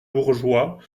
bourgeois